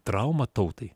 trauma tautai